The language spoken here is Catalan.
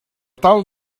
tal